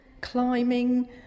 climbing